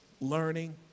learning